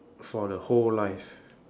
for the whole life